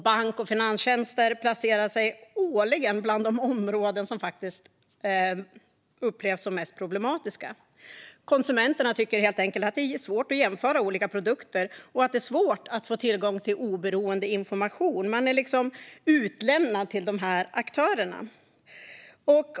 Bank och finanstjänster placerar sig årligen bland de områden som upplevs som mest problematiska. Konsumenterna tycker helt enkelt att det är svårt att jämföra olika produkter och att få tillgång till oberoende information. Man är utlämnad till de här aktörerna.